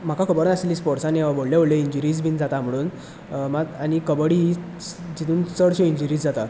म्हाका खबर आसली स्पोर्टसान ह्यो व्हडल्यो वहडल्यो इंजरीज बी जाता म्हणून आनी कबड्डी इतून चडश्यो इंजरीज जाता